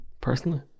personally